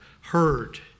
heard